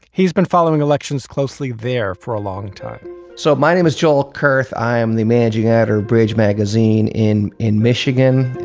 he's been following elections closely there for a long time so my name is joel kerth i am the managing editor of bridge magazine in in michigan.